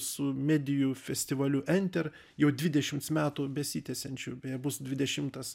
su medijų festivaliu enter jau dvidešims metų besitęsiančiu beje bus dvidešimtas